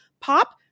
POP